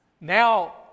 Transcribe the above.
Now